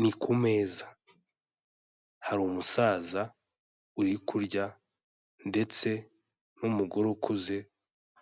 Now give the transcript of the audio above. Ni ku meza, harimu umusaza uri kurya ndetse n'umugore ukuze